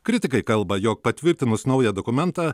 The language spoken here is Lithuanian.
kritikai kalba jog patvirtinus naują dokumentą